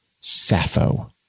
Sappho